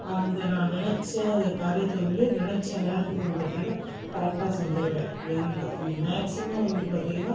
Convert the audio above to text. அந்த நான் நெனைச்ச காரியத்தை வந்து நெனைச்ச நேரத்துக்கு வந்து பார்த்திங்கன்னா கரெக்டாக செஞ்சிடுவேன் எந்த மேக்ஸிமம் வந்து பார்த்திங்கன்னா